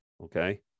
okay